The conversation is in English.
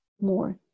more